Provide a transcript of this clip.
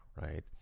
right